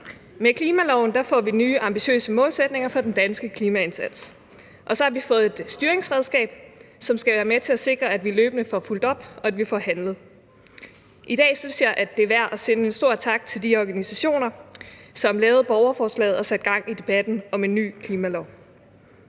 Med klimaloven får vi nye ambitiøse målsætninger for den danske klimaindsats. Og så har vi fået et styringsredskab, som skal være med til at sikre, at vi løbende får fulgt op, og at vi får handlet. I dag synes jeg det er værd at sende en stor tak til de organisationer, som lavede borgerforslaget og satte gang i debatten om en ny klimalov.